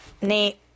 Nate